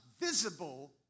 visible